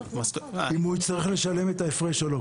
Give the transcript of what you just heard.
אם הוא יצטרך לשלם את ההפרש או לא?